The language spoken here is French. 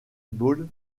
ball